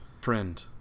friend